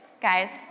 guys